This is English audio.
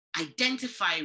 identify